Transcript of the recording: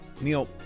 Neil